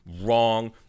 Wrong